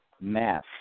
math